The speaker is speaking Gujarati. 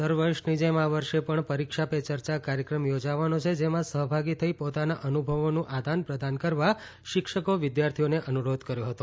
દરવર્ષની જેમ આ વર્ષે પણ પરીક્ષા પે ચર્ચા કાર્યક્રમ યોજાવાનો છે જેમાં સહભાગી થઇ પોતાના અનુભવોનું આદાન પ્રદાન કરવા શિક્ષકો વિદ્યાર્થીઓને અનુરોધ કર્યો હતો